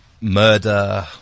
murder